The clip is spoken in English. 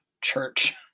church